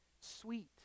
sweet